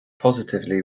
positively